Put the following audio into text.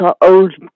old